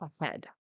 ahead